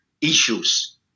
issues